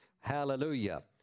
Hallelujah